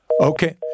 Okay